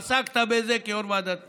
עסקת בזה כיו"ר ועדת הפנים.